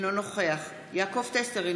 אינו נוכח יעקב טסלר,